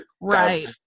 right